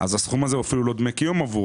הסכום הזה הוא אפילו לא דמי קיום עבורו,